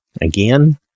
Again